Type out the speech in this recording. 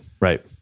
right